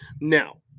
Now